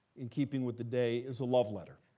in keeping with the day, is a love letter.